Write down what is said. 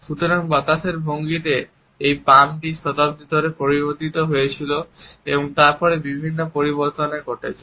সুতরাং বাতাসের ভঙ্গিতে এই পামটি শতাব্দী ধরে পরিবর্তিত হয়েছিল এবং তারপরে বিভিন্ন পরিবর্তনও ঘটেছে